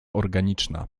organiczna